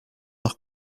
noch